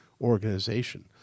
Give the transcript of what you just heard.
organization